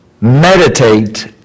meditate